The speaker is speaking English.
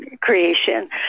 creation